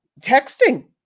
Texting